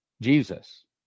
Jesus